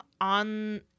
on